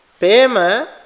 Pema